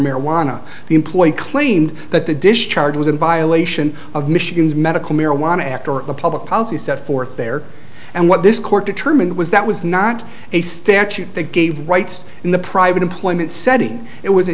marijuana the employee claimed that the discharge was in violation of michigan's medical marijuana act or a public policy set forth there and what this court determined was that was not a statute that gave rights in the private employment setting it was a